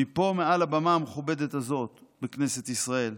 מפה, מעל הבמה המכובדת הזאת בכנסת ישראל,